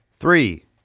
Three